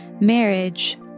marriage